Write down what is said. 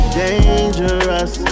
dangerous